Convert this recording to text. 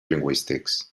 lingüístics